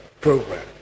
program